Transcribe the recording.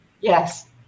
yes